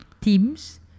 Teams